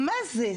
מה זה?